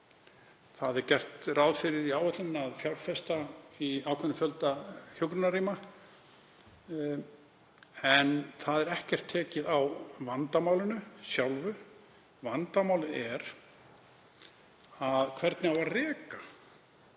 Það er gert ráð fyrir því í áætlun að fjárfesta í ákveðnum fjölda hjúkrunarrýma en það er ekkert tekið á vandamálinu sjálfu. Vandamálið er hvernig á að reka